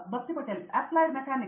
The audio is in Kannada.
ಭಕ್ತಿ ಪಟೇಲ್ ಅಪ್ಲೈಡ್ ಮೆಕ್ಯಾನಿಕ್